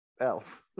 else